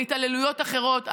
בהתעללויות אחרות,